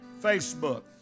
Facebook